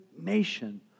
nation